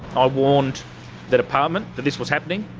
i warned the department that this was happening.